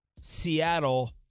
Seattle